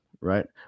right